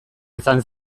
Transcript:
izan